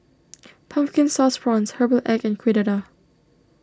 Pumpkin Sauce Prawns Herbal Egg and Kueh Dadar